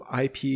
IP